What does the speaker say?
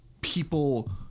people